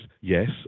yes